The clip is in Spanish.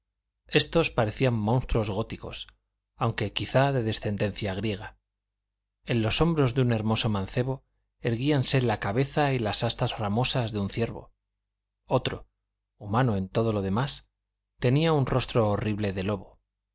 éstos parecían monstruos góticos aunque quizá de descendencia griega en los hombros de un hermoso mancebo erguíanse la cabeza y las astas ramosas de un ciervo otro humano en todo lo demás tenía un rostro horrible de lobo